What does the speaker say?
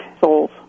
souls